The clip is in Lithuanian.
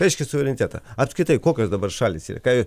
reiškia suverenitetą apskritai kokios dabar šalys yra ką